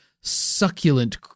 succulent